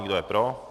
Kdo je pro?